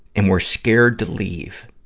and we're scared to leave,